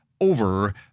over